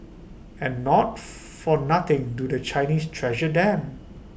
and not for nothing do the Chinese treasure then